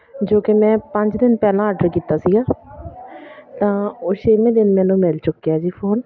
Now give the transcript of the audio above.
ਜੋ ਕਿ ਮੈਂ ਪੰਜ ਦਿਨ ਪਹਿਲਾਂ ਆਡਰ ਕੀਤਾ ਸੀਗਾ ਤਾਂ ਉਹ ਛੇਵੇਂ ਦਿਨ ਮੈਨੂੰ ਮਿਲ ਚੁੱਕਿਆ ਜੀ ਫੋਨ